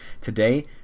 today